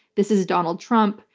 this is donald trump.